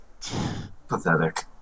Pathetic